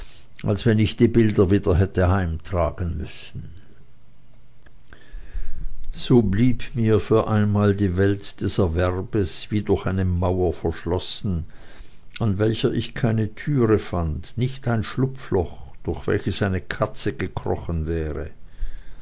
als wenn ich die bilder wieder hätte hintragen müssen so blieb mir für einmal die welt des erwerbes wie durch eine mauer verschlossen an welcher ich keine türe fand nicht ein schlupfloch durch welches eine katze gekrochen wäre